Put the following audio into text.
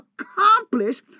accomplish